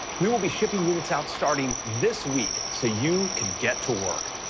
we will be shipping units out starting this week so you can get to work.